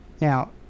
Now